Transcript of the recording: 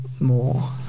More